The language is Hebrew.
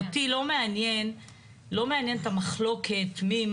אותי לא מעניין את המחלוקת מי,